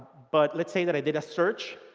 but let's say that i did a search,